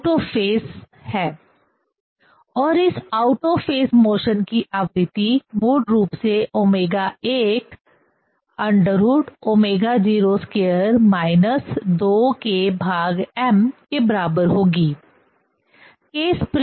यह out of phase है और इस आउट ऑफ फेज मोशन की आवृत्ति मूल रूप से ω1 √ ω02 - 2km होगी